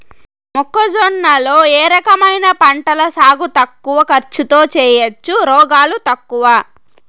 మొక్కజొన్న లో ఏ రకమైన పంటల సాగు తక్కువ ఖర్చుతో చేయచ్చు, రోగాలు తక్కువ?